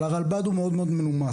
אבל הרלב"ד הוא מאוד מאוד מנומס.